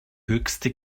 höchste